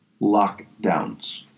Lockdowns